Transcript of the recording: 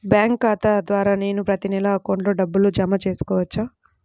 Bank ఖాతా ద్వారా నేను ప్రతి నెల అకౌంట్లో డబ్బులు జమ చేసుకోవచ్చా?